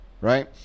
right